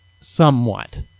somewhat